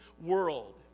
world